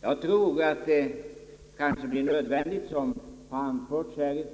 Jag tror att det blir nödvändigt, såsom anförts här